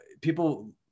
people